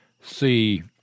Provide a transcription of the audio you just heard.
see